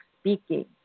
speaking